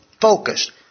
focused